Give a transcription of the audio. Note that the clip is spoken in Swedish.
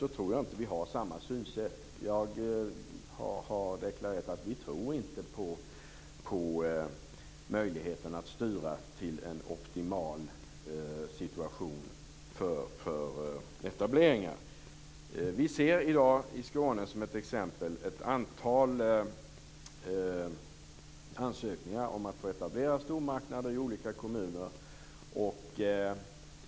Vi tror inte på möjligheten att genom styrning nå en optimal situation för etableringar. I exempelvis Skåne finns i dag ett antal ansökningar om att få etablera stormarknader i olika kommuner.